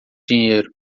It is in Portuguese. dinheiro